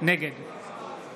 נגד